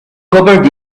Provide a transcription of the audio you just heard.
covered